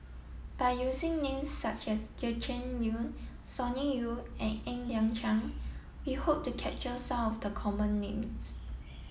by using names such as Gretchen Liu Sonny Liew and Ng Liang Chiang we hope to capture some of the common names